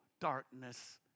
darkness